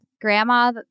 grandma